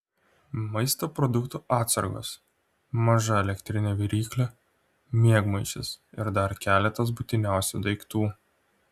maisto produktų atsargos maža elektrinė viryklė miegmaišis ir dar keletas būtiniausių daiktų